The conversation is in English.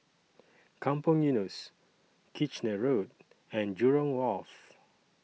Kampong Eunos Kitchener Road and Jurong Wharf